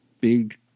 big